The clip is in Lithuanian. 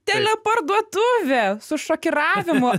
teleparduotuvė su šokiravimo